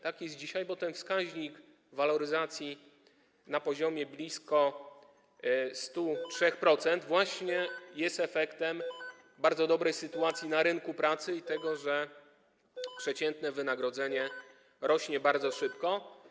Tak jest dzisiaj, bo ten wskaźnik waloryzacji na poziomie blisko 103% jest efektem właśnie bardzo dobrej sytuacji na rynku pracy i tego, że przeciętne wynagrodzenie rośnie bardzo szybko.